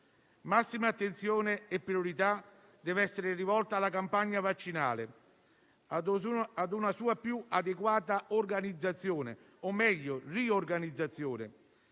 Massima attenzione e priorità devono essere rivolte alla campagna vaccinale, ad una sua più adeguata organizzazione, o meglio riorganizzazione,